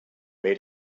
made